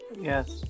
Yes